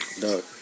No